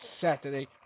Saturday